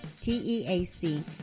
T-E-A-C